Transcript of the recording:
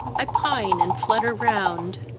i pine and flutter round,